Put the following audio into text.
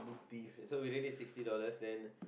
so we already sixty dollar then